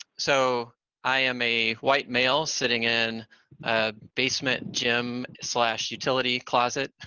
so i am a white male sitting in a basement gym slash utility closet,